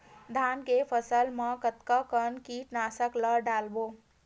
धान के फसल मा कतका कन कीटनाशक ला डलबो?